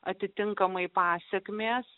atitinkamai pasekmės